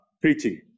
preaching